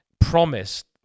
promised